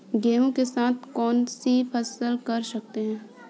गेहूँ के साथ कौनसी फसल कर सकते हैं?